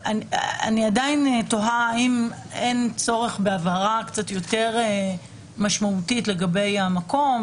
אני עדיין תוהה האם אין צורך בהבהרה קצת יותר משמעותית לגבי המקום,